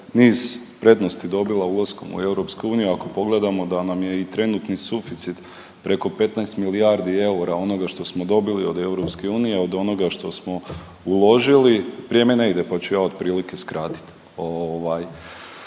niz prednosti dobila ulaskom u EU, ako pogledamo da nam je i trenutni suficit preko 15 milijardi eura onoga što smo dobili od EU od onoga što smo uložili, vrijeme ne ide pa ću ja otprilike skratit, ovaj,